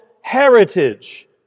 heritage